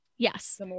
Yes